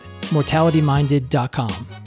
mortalityminded.com